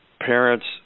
parents